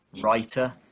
writer